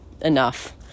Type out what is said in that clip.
enough